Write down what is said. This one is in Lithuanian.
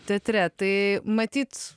teatre tai matyt